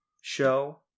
show